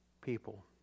people